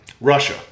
Russia